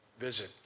visit